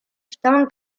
estaban